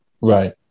Right